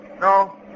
No